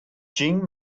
jing